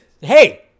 hey